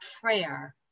prayer